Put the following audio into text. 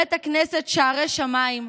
בית הכנסת שערי שמיים,